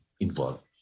involved